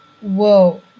Whoa